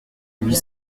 huit